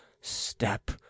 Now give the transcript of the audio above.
step